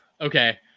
Okay